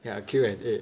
ya Q&A